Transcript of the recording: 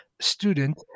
student